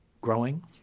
growing